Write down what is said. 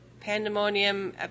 pandemonium